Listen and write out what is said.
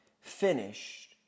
finished